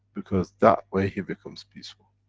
because, that way he becomes peaceful.